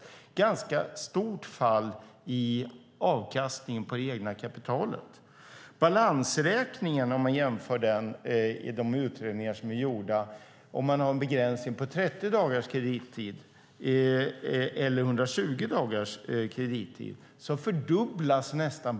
Det är ett ganska stort fall i avkastning på det egna kapitalet. I de utredningar som är gjorda har man jämfört ett företags balansräkning när kredittiden är 30 dagar med balansräkningen när kredittiden är 120 dagar.